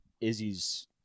Izzy's